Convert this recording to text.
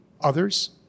others